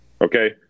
Okay